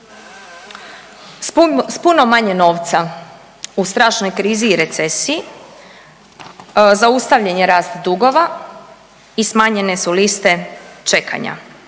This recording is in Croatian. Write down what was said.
S puno manje novca u strašnoj krizi i recesiji zaustavljen je rast dugova i smanjene su liste čekanja